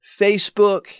Facebook